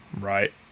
right